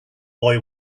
boy